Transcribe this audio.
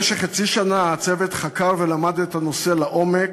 במשך חצי שנה הצוות חקר ולמד את הנושא לעומק,